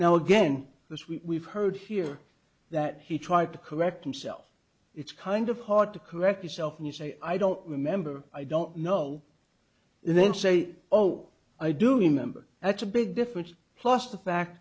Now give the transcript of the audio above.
now again this we heard here that he tried to correct himself it's kind of hard to correct itself and you say i don't remember i don't know then say oh i do remember that's a big difference plus the fact